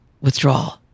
withdrawal